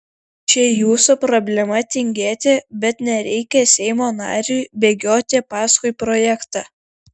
čia jūsų problema tingėti bet nereikia seimo nariui bėgioti paskui projektą